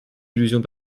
illusions